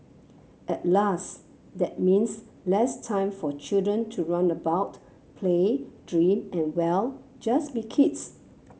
alas that means less time for children to run about play dream and well just be kids